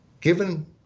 given